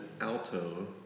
alto